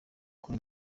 kuri